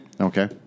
Okay